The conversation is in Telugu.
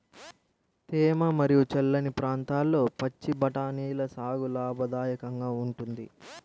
తేమ మరియు చల్లని ప్రాంతాల్లో పచ్చి బఠానీల సాగు లాభదాయకంగా ఉంటుంది